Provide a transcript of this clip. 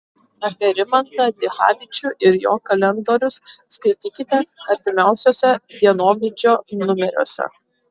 apie rimantą dichavičių ir jo kalendorius skaitykite artimiausiuose dienovidžio numeriuose